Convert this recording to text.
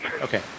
Okay